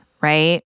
right